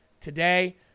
today